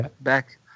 back